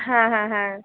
হ্যাঁ হ্যাঁ হ্যাঁ